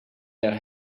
our